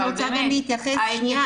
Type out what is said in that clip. אני רוצה גם להתייחס --- ד"ר אמיליה,